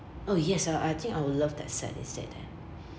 oh yes uh I think I will love that set instead leh